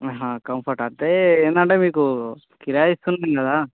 comfort వస్తే ఏంటంటే మీకు కిరాయి ఇస్తున్నాము కదా